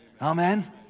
Amen